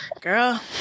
Girl